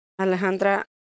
Alejandra